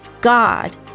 God